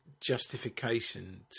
justification